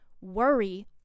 worry